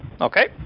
Okay